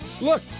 Look